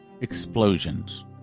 explosions